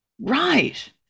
Right